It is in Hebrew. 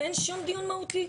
ואין שום דיון מהותי.